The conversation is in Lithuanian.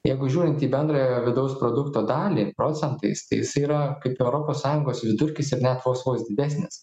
jeigu žiūrint į bendrojo vidaus produkto dalį procentais tai jisai yra kaip europos sąjungos vidurkis ir net vos vos didesnis